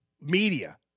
media